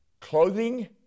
clothing